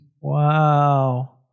Wow